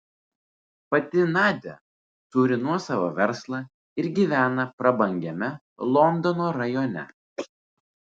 pati nadia turi nuosavą verslą ir gyvena prabangiame londono rajone